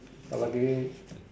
but luckily